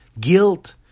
guilt